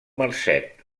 marcet